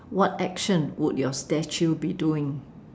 what action would your statue be doing